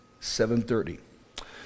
7:30